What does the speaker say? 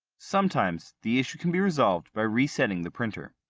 sometimes the issue can be resolved by resetting the printer.